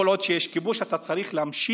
כל עוד יש כיבוש אתה צריך להמשיך